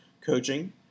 coaching